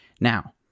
Now